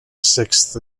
sixth